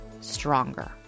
stronger